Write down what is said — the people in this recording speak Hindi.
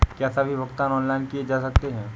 क्या सभी भुगतान ऑनलाइन किए जा सकते हैं?